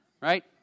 right